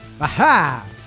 Aha